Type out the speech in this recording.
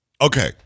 Okay